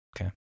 Okay